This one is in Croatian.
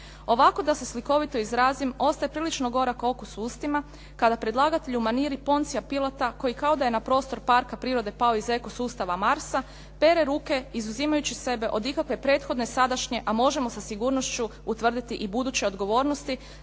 Ovako, da se slikovito izrazim, ostaje prilično gorak okus u ustima kada predlagatelja u maniri Poncija Pilata koji kao da je na prostor parka prirode pao iz ekosustava Marsa, pere ruke izuzimajući sebe od ikakve prethodne, sadašnje, a možemo sa sigurnošću utvrditi i buduće odgovornosti